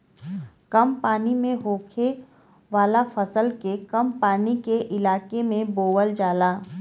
कम पानी में होखे वाला फसल के कम पानी के इलाके में बोवल जाला